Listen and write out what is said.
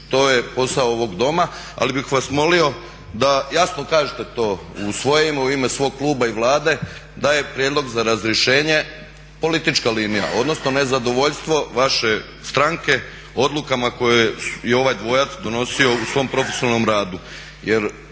To je posao ovog Doma. Ali bih vas molio da jasno kažete u svoje ime, u ime svog kluba i Vlade da je prijedlog za razrješenje politička linija, odnosno nezadovoljstvo vaše stranke odlukama koje je ovaj dvojac donosio u svom profesionalnom radu.